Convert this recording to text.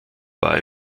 war